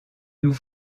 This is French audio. nous